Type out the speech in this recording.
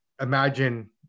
imagine